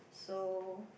so